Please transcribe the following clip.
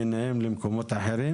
למקומות אחרים?